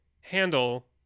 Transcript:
handle